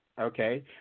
okay